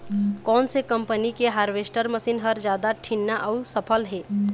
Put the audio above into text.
कोन से कम्पनी के हारवेस्टर मशीन हर जादा ठीन्ना अऊ सफल हे?